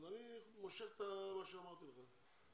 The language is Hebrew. אז אני מושך את מה שאמרתי לך,